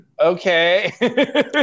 okay